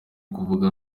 kuvuga